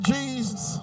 Jesus